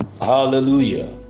Hallelujah